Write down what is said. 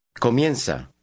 Comienza